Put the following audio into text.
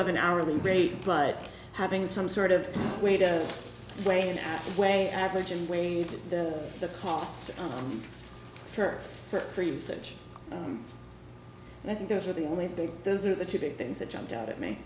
of an hourly rate but having some sort of way to play and play average and weighed the costs for for usage and i think those are the only thing those are the two big things that jumped out at me